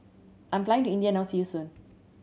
I am flying to India now see you soon